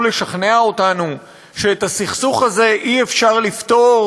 לשכנע אותנו שאת הסכסוך הזה אי-אפשר לפתור